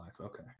okay